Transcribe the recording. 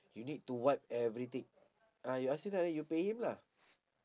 you need to wipe everything ah you ask him lah then you pay him lah